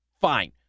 fine